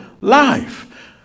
life